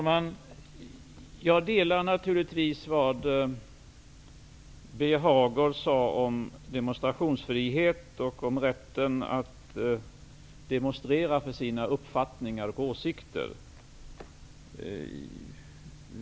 Herr talman! Jag delar Birger Hagårds uppfattning om demonstrationsfrihet och om rätten att demonstrera för sina uppfattningar och åsikter.